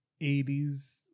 80s